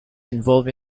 involved